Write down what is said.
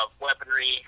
weaponry